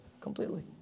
Completely